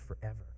forever